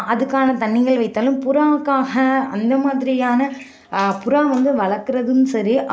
அதுக்கான தண்ணிகள் வைத்தாலும் புறாவுக்காக அந்த மாதிரியான புறா வந்து வளர்க்குறதும் சரி